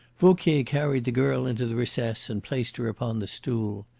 vauquier carried the girl into the recess and placed her upon the stool.